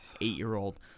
eight-year-old